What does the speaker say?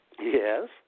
Yes